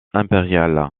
impérial